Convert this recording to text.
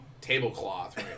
tablecloth